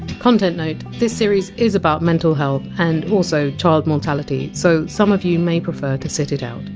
content note this series is about mental health and also child mortality, so some of you may prefer to sit it out.